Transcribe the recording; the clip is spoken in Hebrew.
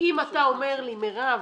אם אתה אומר לי מירב,